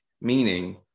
Meaning